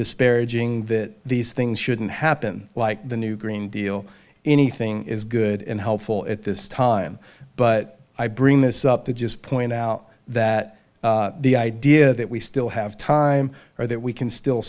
disparaging that these things shouldn't happen like the new green deal anything is good and helpful at this time but i bring this up to just point out that the idea that we still have time or that we can still